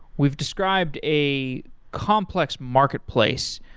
we've described a complex marketplace,